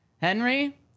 Henry